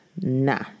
Nah